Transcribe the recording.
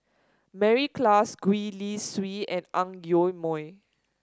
Mary Klass Gwee Li Sui and Ang Yoke Mooi